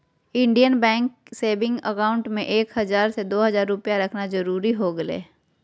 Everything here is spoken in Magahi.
इंडियन बैंक सेविंग अकाउंट में एक हजार से दो हजार रुपया रखना जरूरी हो गेलय